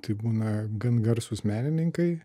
tai būna gan garsūs menininkai